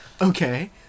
Okay